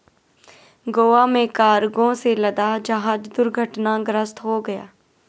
गोवा में कार्गो से लदा जहाज दुर्घटनाग्रस्त हो गया